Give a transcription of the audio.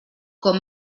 com